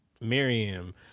Miriam